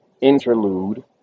interlude